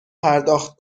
پرداخت